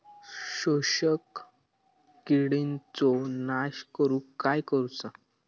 शोषक किडींचो नाश करूक काय करुचा?